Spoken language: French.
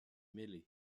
mêlés